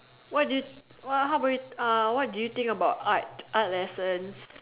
what do you what how about you uh what do you think about art art lessons